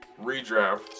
redraft